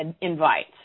invite